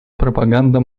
пропаганда